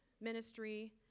ministry